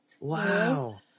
wow